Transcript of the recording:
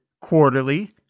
quarterly